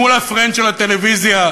מול הפריים של הטלוויזיה,